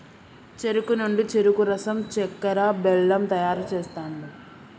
చెరుకు నుండి చెరుకు రసం చెక్కర, బెల్లం తయారు చేస్తాండ్లు